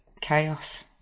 chaos